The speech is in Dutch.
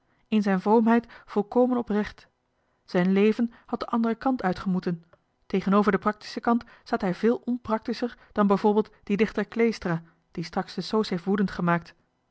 in zijn vroomheid volkomen oprecht zijn leven had den anderen kant uit gemoeten tegenover de praktische kant staat hij veel onpraktischer dan bijvoorbeeld die dichter kleestra die straks de soos heeft woedend gemaakt